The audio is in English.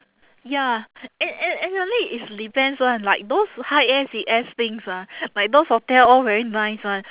ya ac~ ac~ actually it depends [one] like those high S_E_S things ah like those hotel all very nice [one]